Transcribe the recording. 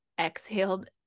exhaled